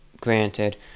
granted